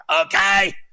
Okay